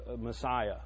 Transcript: messiah